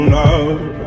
love